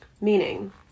meaning